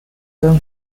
then